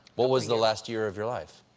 what was the last year of your life?